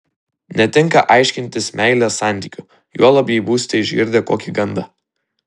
netinka aiškintis meilės santykių juolab jei būsite išgirdę kokį gandą